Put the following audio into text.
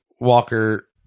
walker